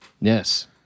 yes